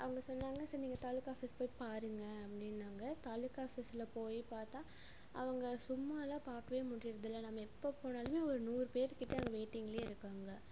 அவங்க சொன்னாங்க சரி நீங்கள் தாலுகா ஆஃபீஸ் போய் பாருங்க அப்படினாங்க தாலுகா ஆஃபீஸ்சில் போய் பார்த்தா அவங்க சும்மாவெலாம் பார்க்கவே முடிகிறதில்ல நம்ம எப்போ போனாலுமே ஒரு நூறு பேர்க் கிட்டே அங்கே வெயிட்டிங்கிலே இருக்காங்க